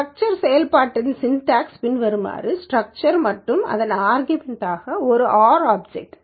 structure செயல்பாட்டின் syntax பின்வருமாறு structure மற்றும் அதன் ஆர்கமெண்ட் ஒரு ஆர் ஆப்சக்ட்